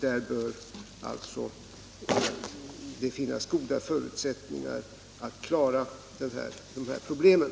Där bör det alltså finnas goda förutsättningar att klara problemen.